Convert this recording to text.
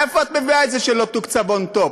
מאיפה את מביאה את זה שלא תוקצב on top?